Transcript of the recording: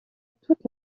toute